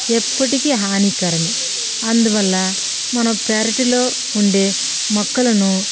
ఎప్పటికి హానికరమే అందువల్ల మన పెరటిలో ఉండే మొక్కలను